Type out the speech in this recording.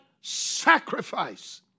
sacrifice